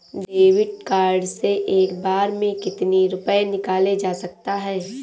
David card से एक बार में कितनी रूपए निकाले जा सकता है?